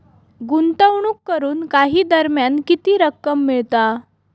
गुंतवणूक करून काही दरम्यान किती रक्कम मिळता?